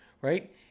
right